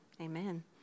Amen